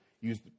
use